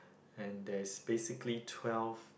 and there's basically twelve